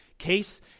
case